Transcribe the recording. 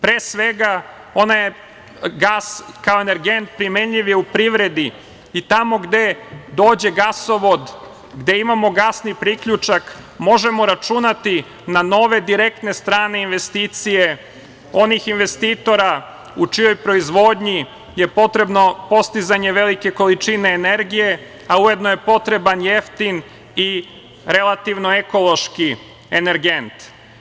Pre svega, gas kao energent primenljiv je u privredi i tamo gde dođe gasovod, gde imamo gasni priključak možemo računati na nove direktne strane investicije, onih investitora u čijoj proizvodnji je potrebno postizanje velike količine energije, a ujedno je potreban jeftin i relativno ekološki energent.